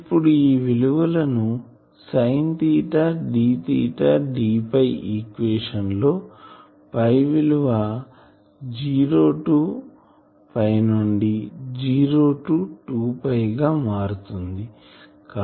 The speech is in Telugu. ఇప్పుడు ఈ విలువలు ను sine theta d d equation లో విలువ జీరో టూ నుండి జీరో టూ 2 గా మారుతుంది